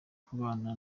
kubana